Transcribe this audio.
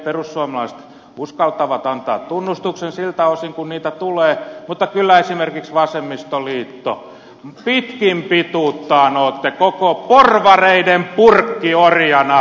perussuomalaiset uskaltavat antaa tunnustuksen siltä osin kuin niitä tulee mutta kyllä esimerkiksi te vasemmistoliitto pitkin pituuttanne olette koko porvareiden purkkiorjana